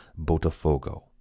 Botafogo